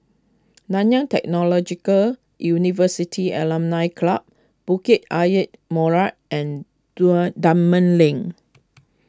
Nanyang Technological University Alumni Club Bukit Ayer Molek and Dunman Lane